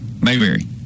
Mayberry